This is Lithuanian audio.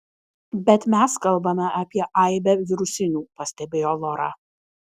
bet mes kalbame apie aibę virusinių pastebėjo lora